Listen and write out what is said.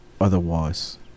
otherwise